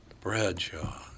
Bradshaw